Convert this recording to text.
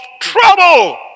trouble